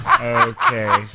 Okay